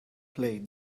play